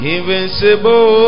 Invincible